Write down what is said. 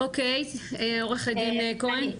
אוקי, עורכת הדין כהן.